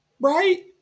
Right